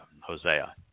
Hosea